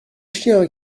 chien